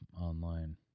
online